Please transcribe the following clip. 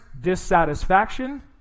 dissatisfaction